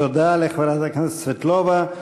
תודה לחברת הכנסת סבטלובה.